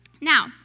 Now